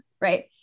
right